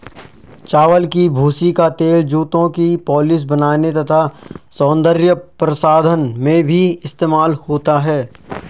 चावल की भूसी का तेल जूतों की पॉलिश बनाने तथा सौंदर्य प्रसाधन में भी इस्तेमाल होता है